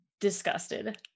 disgusted